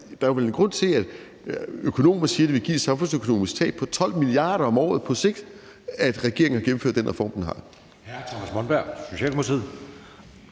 der er vel også en grund til, at økonomer siger, at det vil give et samfundsøkonomisk tab på 12 mia. kr. om året på sigt, at regeringen vil gennemføre den reform. Kl.